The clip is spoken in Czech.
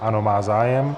Ano, má zájem.